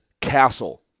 castle